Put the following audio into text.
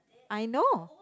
I know